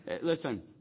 Listen